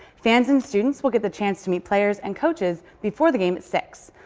fans and students will get the chance to meet players and coaches before the game at six.